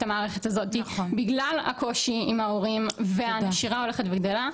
המערכת הזאתי בגלל הקושי עם ההורים והנשירה הולכת וגדלה.